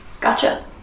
Gotcha